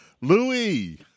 louis